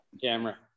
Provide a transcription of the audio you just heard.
camera